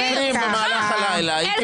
היו מקרים במהלך הלילה --- סליחה,